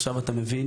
עכשיו אתה מבין?